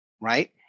right